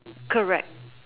correct